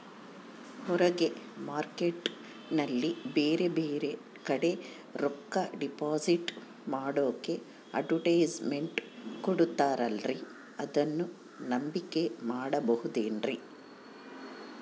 ಹೊರಗೆ ಮಾರ್ಕೇಟ್ ನಲ್ಲಿ ಬೇರೆ ಬೇರೆ ಕಡೆ ರೊಕ್ಕ ಡಿಪಾಸಿಟ್ ಮಾಡೋಕೆ ಅಡುಟ್ಯಸ್ ಮೆಂಟ್ ಕೊಡುತ್ತಾರಲ್ರೇ ಅದನ್ನು ನಂಬಿಕೆ ಮಾಡಬಹುದೇನ್ರಿ?